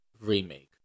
remake